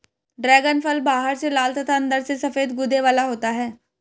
dragon फल बाहर से लाल तथा अंदर से सफेद गूदे वाला होता है